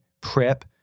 prep